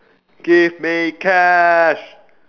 give me cash